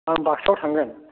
आं बाक्सायाव थांगोन